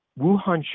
Wuhan